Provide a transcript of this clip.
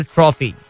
Trophy